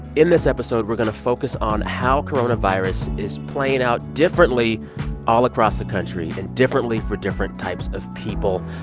in this episode, we're going to focus on how coronavirus is playing out differently all across the country and differently for different types of people.